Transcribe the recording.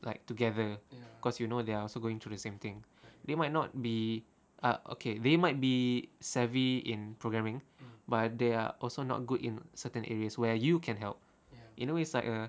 like together cause you know they are also going through the same thing they might not be ah okay they might be savvy in programming but they are also not good in certain areas where you can help you know it's like a